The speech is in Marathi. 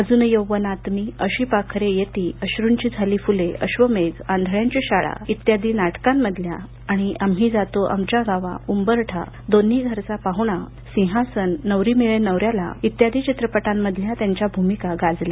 अजून यौवनात मी अशी पाखरे येतीअश्रूंची झाली फुले अध्वमेघ आंधळ्यांची शाळा इत्यादी नाटकांमधल्या आणि आम्ही जातो आमुच्या गावा उंबरठा दोन्ही घरचा पाह्णा नवरी मिळे नवऱ्याला सिंहासन इत्यादी चित्रपटामधल्या त्यांच्या भूमिका गाजल्या